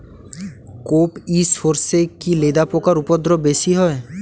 কোপ ই সরষে কি লেদা পোকার উপদ্রব বেশি হয়?